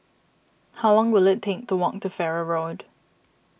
how long will it take to walk to Farrer Road